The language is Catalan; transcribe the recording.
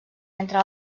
entre